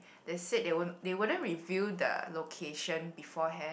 they said they won't they wouldn't reveal the location beforehand